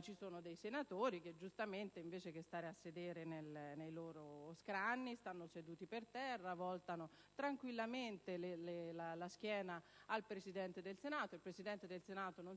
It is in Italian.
ci sono senatori che giustamente, invece che stare a sedere nei loro scranni, stanno seduti per terra, voltando tranquillamente le spalle al Presidente del Senato, che non si